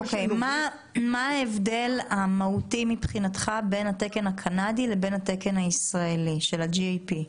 מה ההבדל המהותי מבחינתך בין התקן הקנדי לבין התקן הישראלי של ה-GAP?